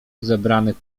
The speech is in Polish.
zebranych